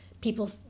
people